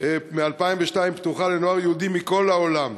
פתוחה מ-2002 לנוער יהודי מכל העולם.